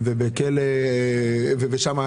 כלכלה ותעשייה,